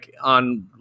on